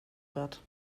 wird